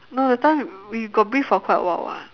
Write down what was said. no that time we got briefed for quite a while [what]